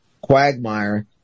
quagmire